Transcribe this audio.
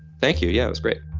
thank you. yeah, it was great